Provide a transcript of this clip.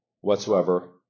whatsoever